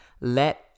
let